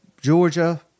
georgia